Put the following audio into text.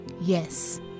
Yes